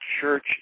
Church